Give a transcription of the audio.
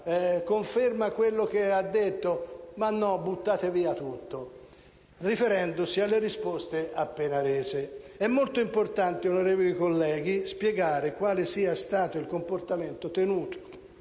con l'espressione: «Ma no, buttate via tutto», riferendosi alle risposte appena rese. È molto importante, onorevoli colleghi, spiegare quale sia stato il comportamento tenuto